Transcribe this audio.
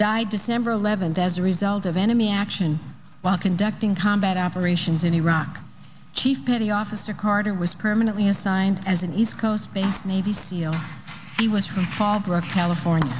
died december eleventh as a result of enemy action while conducting combat operations in iraq chief petty officer carter was permanently assigned as an east coast based navy seal he was from tarboro california